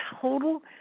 total